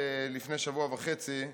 לפני שבוע וחצי,